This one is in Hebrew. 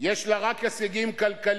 יש לה רק הישגים כלכליים,